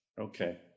Okay